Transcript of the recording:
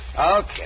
Okay